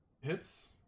hits